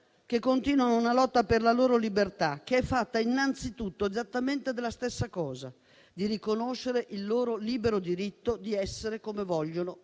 il silenzio, una lotta per la loro libertà, che è fatta innanzitutto esattamente della stessa cosa: riconoscere il loro libero diritto di essere come vogliono